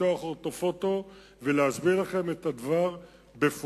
לפתוח אוטו-פוטו ולהסביר לכם את הדבר בפרוטרוט,